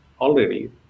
already